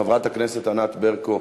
חברת הכנסת ענת ברקו,